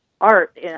art